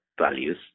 values